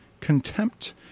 contempt